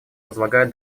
возлагает